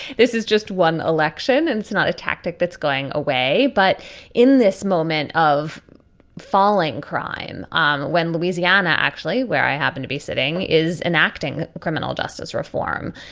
this is just one election and it's not a tactic that's going away. but in this moment of falling crime, um when louisiana actually where i happen to be sitting is enacting criminal justice reform,